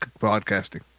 podcasting